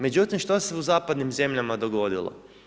Međutim, što se u zapadnim zemljama dogodilo?